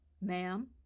Ma'am